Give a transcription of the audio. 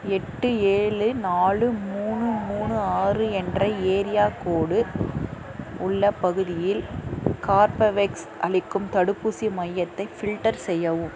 எட்டு ஏழு நாலு மூணு மூணு ஆறு என்ற ஏரியா கோடு உள்ள பகுதியில் கார்பவேக்ஸ் அளிக்கும் தடுப்பூசி மையத்தை ஃபில்டர் செய்யவும்